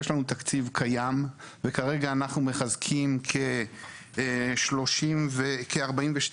יש לנו תקציב קיים וכרגע אנחנו מחזקים כ-42 מבנים.